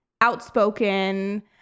outspoken